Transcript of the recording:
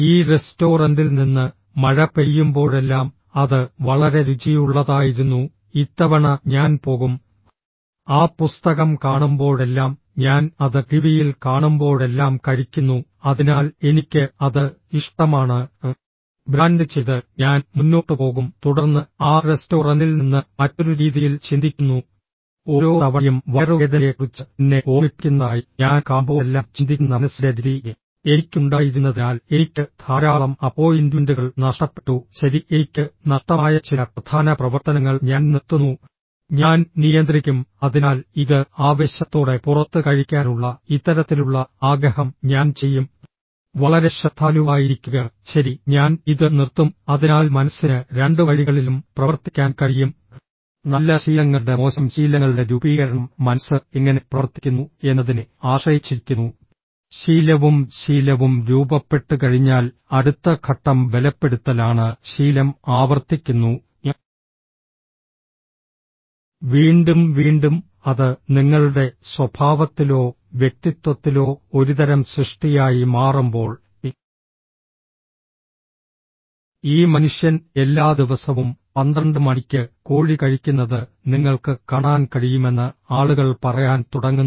ഈ റെസ്റ്റോറന്റിൽ നിന്ന് മഴ പെയ്യുമ്പോഴെല്ലാം അത് വളരെ രുചിയുള്ളതായിരുന്നു ഇത്തവണ ഞാൻ പോകും ആ പുസ്തകം കാണുമ്പോഴെല്ലാം ഞാൻ അത് ടിവിയിൽ കാണുമ്പോഴെല്ലാം കഴിക്കുന്നു അതിനാൽ എനിക്ക് അത് ഇഷ്ടമാണ് ബ്രാൻഡ് ചെയ്ത് ഞാൻ മുന്നോട്ട് പോകും തുടർന്ന് ആ റെസ്റ്റോറന്റിൽ നിന്ന് മറ്റൊരു രീതിയിൽ ചിന്തിക്കുന്നു ഓരോ തവണയും വയറുവേദനയെക്കുറിച്ച് എന്നെ ഓർമ്മിപ്പിക്കുന്നതായി ഞാൻ കാണുമ്പോഴെല്ലാം ചിന്തിക്കുന്ന മനസ്സിന്റെ രീതി എനിക്ക് ഉണ്ടായിരുന്നതിനാൽ എനിക്ക് ധാരാളം അപ്പോയിന്റ്മെന്റുകൾ നഷ്ടപ്പെട്ടു ശരി എനിക്ക് നഷ്ടമായ ചില പ്രധാന പ്രവർത്തനങ്ങൾ ഞാൻ നിർത്തുന്നു ഞാൻ നിയന്ത്രിക്കും അതിനാൽ ഇത് ആവേശത്തോടെ പുറത്ത് കഴിക്കാനുള്ള ഇത്തരത്തിലുള്ള ആഗ്രഹം ഞാൻ ചെയ്യും വളരെ ശ്രദ്ധാലുവായിരിക്കുക ശരി ഞാൻ ഇത് നിർത്തും അതിനാൽ മനസ്സിന് രണ്ട് വഴികളിലും പ്രവർത്തിക്കാൻ കഴിയും നല്ല ശീലങ്ങളുടെ മോശം ശീലങ്ങളുടെ രൂപീകരണം മനസ്സ് എങ്ങനെ പ്രവർത്തിക്കുന്നു എന്നതിനെ ആശ്രയിച്ചിരിക്കുന്നു ശീലവും ശീലവും രൂപപ്പെട്ടുകഴിഞ്ഞാൽ അടുത്ത ഘട്ടം ബലപ്പെടുത്തലാണ് ശീലം ആവർത്തിക്കുന്നു വീണ്ടും വീണ്ടും അത് നിങ്ങളുടെ സ്വഭാവത്തിലോ വ്യക്തിത്വത്തിലോ ഒരുതരം സൃഷ്ടിയായി മാറുമ്പോൾ ഈ മനുഷ്യൻ എല്ലാ ദിവസവും പന്ത്രണ്ട് മണിക്ക് കോഴി കഴിക്കുന്നത് നിങ്ങൾക്ക് കാണാൻ കഴിയുമെന്ന് ആളുകൾ പറയാൻ തുടങ്ങുന്നു